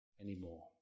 anymore